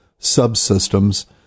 subsystems